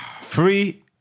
Three